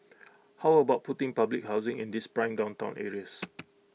how about putting public housing in these prime downtown areas